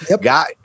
got